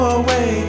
away